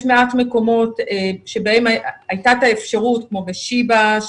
יש מעט מקומות שהייתה אפשרות כמו בשיבא,